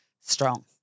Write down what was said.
strong